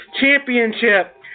Championship